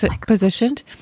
positioned